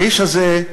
האיש הזה,